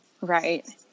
Right